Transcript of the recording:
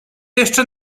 jeszcze